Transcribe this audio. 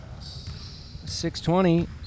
6.20